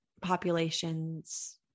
populations